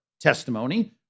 testimony